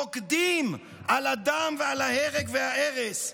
רוקדים על הדם ועל ההרג וההרס,